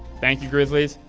thank you, grizzlies,